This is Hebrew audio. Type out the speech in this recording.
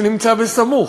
שנמצא בסמוך.